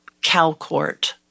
CalCourt